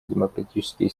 демократические